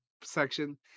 section